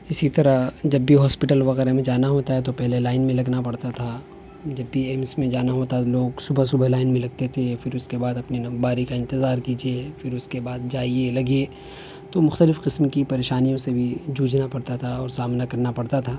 اسی طرح جب بھی ہاسپٹل وغیرہ میں جانا ہوتا ہے تو پہلے لائن میں لگنا پڑتا تھا جب بھی ایمس میں جانا ہوتا لوگ صبح صبح لائن میں لگتے تھے پھر اس کے بعد اپنی باری کا انتظار کیجیے پھر اس کے بعد جائیے لگئیے تو مختلف قسم کی پریشانیوں سے بھی جوجھنا پڑتا تھا اور سامنا کرنا پڑتا تھا